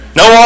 no